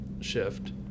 shift